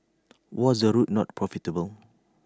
was the route not profitable